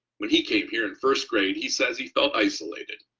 when he came here in first grade he says he felt isolated,